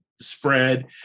spread